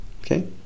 Okay